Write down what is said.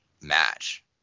match